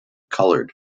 coloured